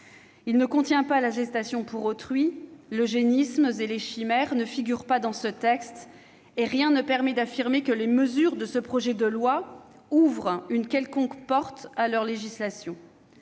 loi ne contient pas. La gestation pour autrui, l'eugénisme et les chimères ne figurent pas dans ce texte, et rien ne permet d'affirmer que ses dispositions ouvrent une quelconque porte à leur légalisation.